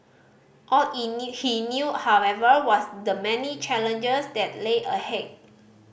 all he knew however was the many challenges that lay ahead